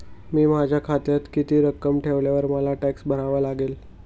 मी माझ्या खात्यात किती रक्कम ठेवल्यावर मला टॅक्स भरावा लागेल?